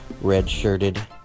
red-shirted